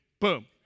Boom